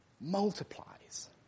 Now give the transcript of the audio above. multiplies